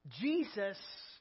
Jesus